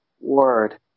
word